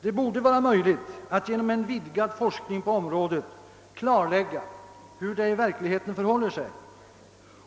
Det borde vara möjligt att genom en vidgad forskning på området klarlägga hur det i verkligheten förhåller sig.